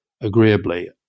agreeably